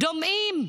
דומעים,